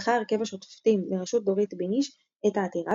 דחה הרכב השופטים בראשות דורית ביניש את העתירה,